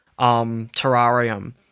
Terrarium